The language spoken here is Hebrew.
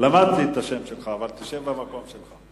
למדתי את השם שלך, אבל תשב במקום שלך.